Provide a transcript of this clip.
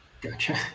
Gotcha